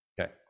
Okay